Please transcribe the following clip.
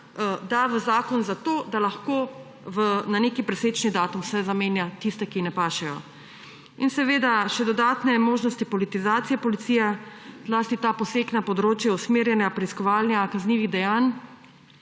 da v zakon, zato da lahko na nek presečni datum zamenja tiste, ki ji ne pašejo. In seveda še dodatne možnosti politizacije policije, zlasti ta poseg na področju usmerjanja preiskovanja kaznivih dejanj,